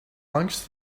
lunch